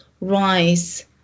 rise